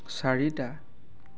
চাৰিটা